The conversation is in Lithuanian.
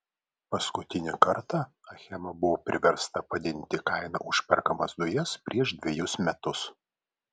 paskutinį kartą achema buvo priversta padidinti kainą už perkamas dujas prieš dvejus metus